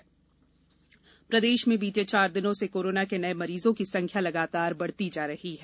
corona प्रदेश में बीते चार दिनों से कोरोना के नये मरीजों की संख्या लगातार बढ़ती जा रही है